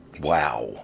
Wow